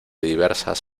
diversas